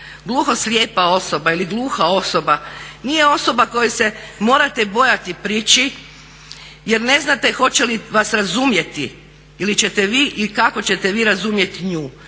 Gluhoslijepa osoba ili gluha osoba nije osoba kojoj se morate bojati prići jer ne znate hoće li vas razumjeti, ili ćete vi i kako ćete vi razumjeti nju,